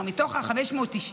כלומר מתוך ה-590,